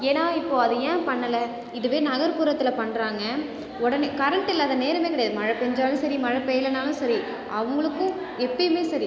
ஏன்னால் இப்போது அதை ஏன் பண்ணல இதுவே நகர்ப்புறத்தில் பண்ணுறாங்க உடனே கரண்ட் இல்லாத நேரமே கிடையாது மழை பெஞ்சாலும் சரி மழை பெய்யலனாலும் சரி அவங்களுக்கு எப்போயுமே சரி